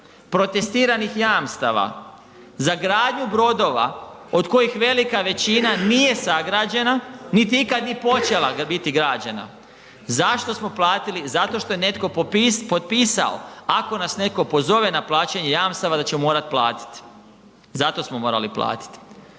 protestiranih jamstava za gradnju brodova od kojih velika većina nije sagrađena niti je ikada bila počela biti građena. Zašto smo platili? Zato što je netko potpisao ako nas netko pozove na plaćanje jamstava da ćemo morati platiti, zato smo morali platiti.